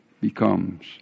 becomes